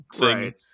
Right